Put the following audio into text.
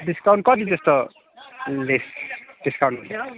discount कति जस्तो less discount